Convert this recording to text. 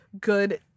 good